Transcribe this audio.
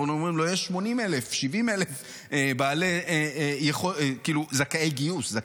אבל אומרים לו: יש 80,000, 70,000 חייבי גיוס.